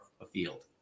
afield